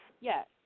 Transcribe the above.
Yes